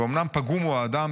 ואומנם פגום הוא האדם,